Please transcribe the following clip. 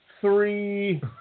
three